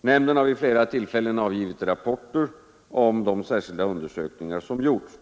Nämnden har vid flera tillfällen avgivit rapporter om de särskilda undersökningar som gjorts.